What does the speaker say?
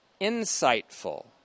insightful